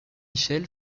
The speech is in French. michel